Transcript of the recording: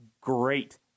great